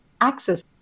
access